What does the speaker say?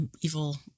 evil